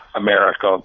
America